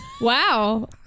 Wow